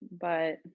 but-